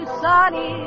sunny